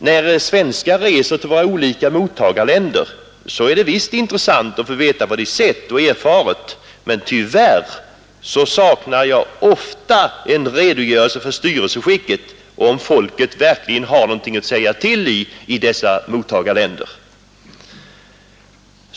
När svenskar reser till våra olika mottagarländer, så är det intressant att få veta vad de sett och erfarit, men tyvärr saknar jag ofta en redogörelse för styrelseskicket och om folket verkligen har någonting att säga till om i dessa mottagarländer.